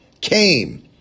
came